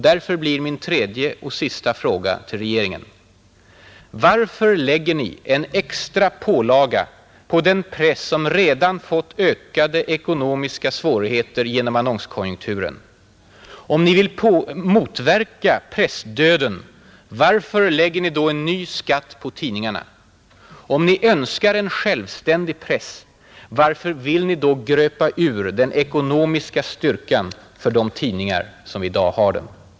Därför blir min tredje och sista fråga till regeringen: Varför lägger ni en extra pålaga på den press som redan fått ökade ekonomiska svårigheter genom annonskonjunkturen? Om ni vill motverka pressdöden — varför lägger ni då en ny skatt på tidningarna? Om ni önskar en självständig press — varför vill ni gröpa ur den ekonomiska styrkan för de tidningar som i dag har den?